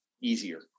easier